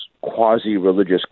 quasi-religious